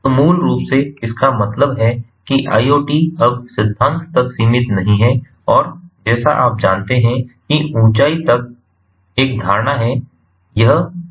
तो मूल रूप से इसका मतलब है कि IoT अब सिद्धांत तक सीमित नहीं है और जैसा आप जानते हैं की ऊँचाई एक धारणा हैं यह अब वैसा नहीं है